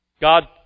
God